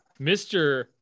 Mr